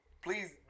Please